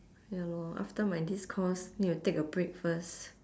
ya lor after my this course need to take a break first